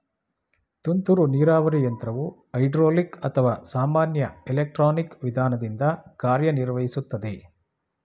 ತುಂತುರು ನೀರಾವರಿ ಯಂತ್ರವು ಹೈಡ್ರೋಲಿಕ್ ಅಥವಾ ಸಾಮಾನ್ಯ ಎಲೆಕ್ಟ್ರಾನಿಕ್ ವಿಧಾನದಿಂದ ಕಾರ್ಯನಿರ್ವಹಿಸುತ್ತದೆ